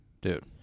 dude